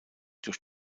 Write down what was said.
durch